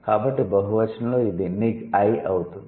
కాబట్టి బహువచనంలో ఇది 'నిగ్ ఐ' అవుతుంది